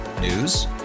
News